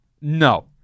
No